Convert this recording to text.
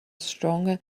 stronger